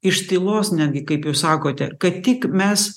iš tylos netgi kaip jūs sakote kad tik mes